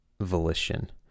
volition